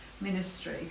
ministry